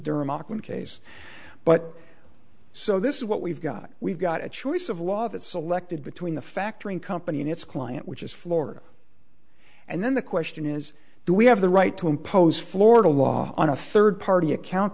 auckland case but so this is what we've got we've got a choice of law that selected between the factoring company and its client which is florida and then the question is do we have the right to impose florida law on a third party account